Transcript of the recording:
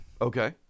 Okay